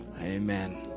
Amen